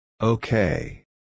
Okay